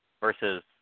versus